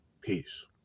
Peace